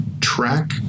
track